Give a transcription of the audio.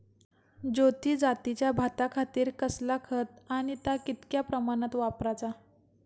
ज्योती जातीच्या भाताखातीर कसला खत आणि ता कितक्या प्रमाणात वापराचा?